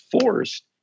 forced